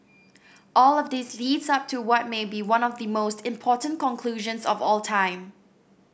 all of this leads up to what may be one of the most important conclusions of all time